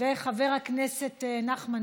וחבר הכנסת נחמן